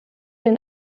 den